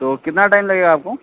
तो कितना टाइम लगेगा आपको